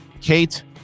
Kate